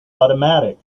automatic